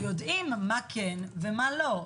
יודעים מה כן ומה לא,